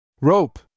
Rope